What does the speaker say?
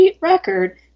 record